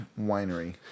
Winery